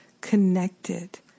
connected